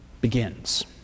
begins